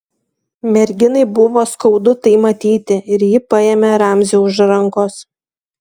merginai buvo skaudu tai matyti ir ji paėmė ramzį už rankos